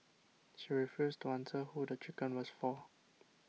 she refused to answer who the chicken was for